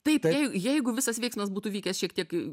taip jei jeigu visas veiksmas būtų vykęs šiek tiek